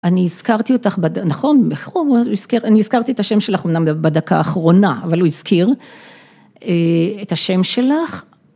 אני הזכרתי אותך, נכון, אני הזכרתי את השם שלך אמנם בדקה האחרונה, אבל הוא הזכיר את השם שלך.